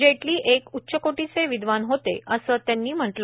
जेटली एक उच्च कोटीचे विद्वान होते असं त्यांनी म्हटलं